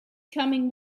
coming